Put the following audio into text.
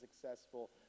successful